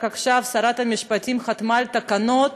רק עכשיו שרת המשפטים חתמה על תקנות